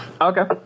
Okay